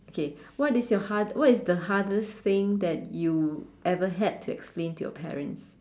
okay what is your hard what is the hardest thing that you ever had to explain to your parents